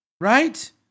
Right